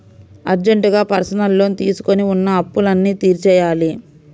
అర్జెంటుగా personal loan తీసుకొని ఉన్న అప్పులన్నీ తీర్చేయ్యాలి